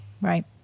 right